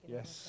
Yes